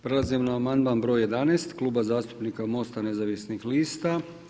Prelazimo na amandman broj 11 Kluba zastupnika MOST-a nezavisnih lista.